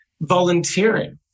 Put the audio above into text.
volunteering